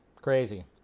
Crazy